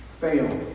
fail